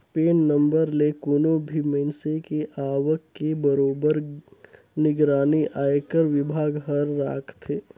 PAN number ले कोनो भी मइनसे के आवक के बरोबर निगरानी आयकर विभाग हर राखथे